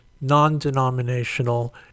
non-denominational